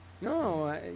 No